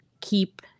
keep